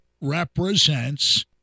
represents